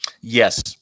Yes